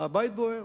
הבית בוער.